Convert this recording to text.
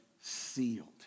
sealed